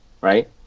right